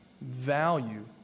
value